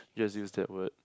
just use that word